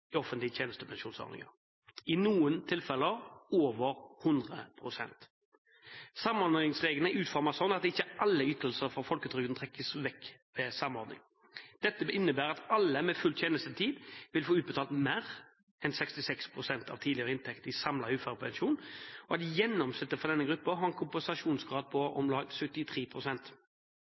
offentlige tjenestepensjonsordninger, i noen tilfeller over 100 pst. Samordningsreglene er utformet slik at ikke alle ytelser fra folketrygden trekkes fra ved samordning. Dette innebærer at alle med full tjenestetid vil få utbetalt mer enn 66 pst. av tidligere inntekt i samlet uførepensjon, og at gjennomsnittet for denne gruppen har en kompensasjonsgrad på om lag